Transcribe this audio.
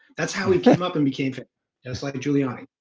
that's how he came up and became just like giuliani.